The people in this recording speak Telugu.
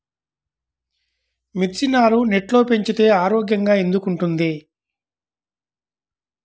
మిర్చి నారు నెట్లో పెంచితే ఆరోగ్యంగా ఎందుకు ఉంటుంది?